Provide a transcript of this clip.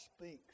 speaks